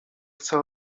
chce